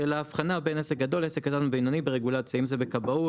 של הבחנה בין עסק גדול לבין עסק קטן ובינוני ברגולציה; אם זה בכבאות,